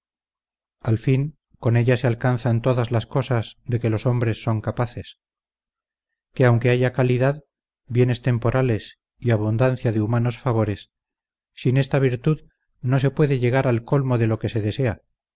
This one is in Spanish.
al fin con ella se alcanzan todas las cosas de que los hombres son capaces que aunque haya calidad bienes temporales y abundancia de humanos favores sin esta virtud no se puede llegar al colmo de lo que se desea